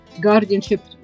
guardianship